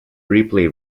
replay